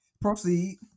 proceed